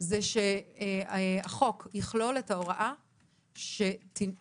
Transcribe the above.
זה שהחוק יכלול את ההוראה שתיתן